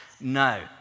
no